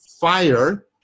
fire